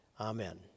Amen